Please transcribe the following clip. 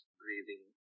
breathing